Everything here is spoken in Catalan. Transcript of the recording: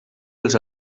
els